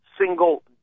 single